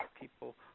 people